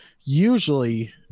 usually